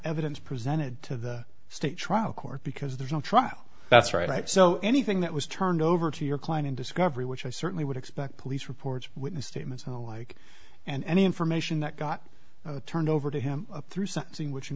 evidence presented to the state trial court because there's no trial that's right so anything that was turned over to your client in discovery which i certainly would expect police reports witness statements like and any information that got turned over to him through something which wou